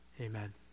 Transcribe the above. Amen